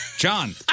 John